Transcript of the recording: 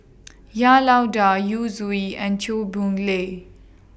Han Lao DA Yu Zhuye and Chew Boon Lay